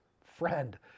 friend